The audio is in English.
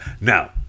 Now